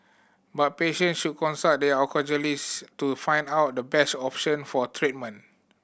but patients should consult their oncologist to find out the best option for treatment